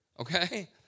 okay